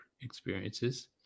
experiences